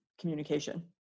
communication